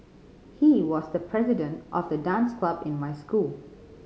he was the president of the dance club in my school